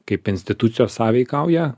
kaip institucijos sąveikauja